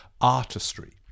artistry